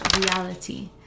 reality